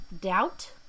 Doubt